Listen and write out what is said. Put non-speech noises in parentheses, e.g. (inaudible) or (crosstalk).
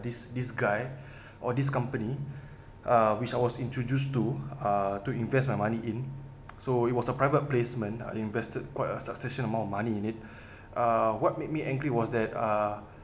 this this guy (breath) or this company uh which I was introduced to uh to invest my money in (noise) so it was a private placement uh invested quite a substantial amount of money in it (breath) uh what made me angry was that uh